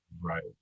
Right